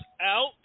out